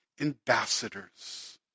ambassadors